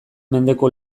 mendeko